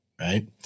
Right